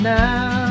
now